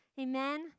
Amen